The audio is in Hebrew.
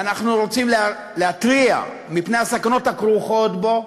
ואנחנו רוצים להתריע על הסכנות הכרוכות בו.